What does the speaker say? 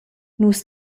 nus